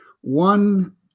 one